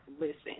listen